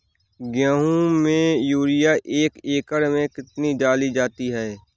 गेहूँ में यूरिया एक एकड़ में कितनी डाली जाती है?